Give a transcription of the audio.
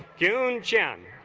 yong-joon gen